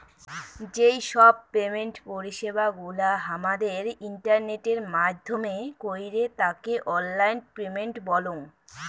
যেই সব পেমেন্ট পরিষেবা গুলা হামাদের ইন্টারনেটের মাইধ্যমে কইরে তাকে অনলাইন পেমেন্ট বলঙ